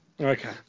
Okay